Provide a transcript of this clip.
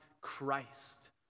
Christ